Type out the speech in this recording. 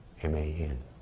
M-A-N